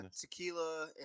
Tequila